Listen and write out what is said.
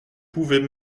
pouvait